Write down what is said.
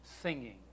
singing